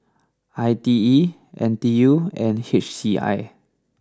I T E N T U and H C I